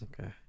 Okay